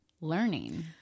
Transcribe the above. learning